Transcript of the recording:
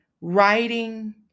Writing